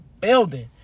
building